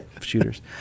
shooters